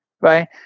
right